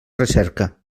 recerca